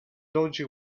dodgy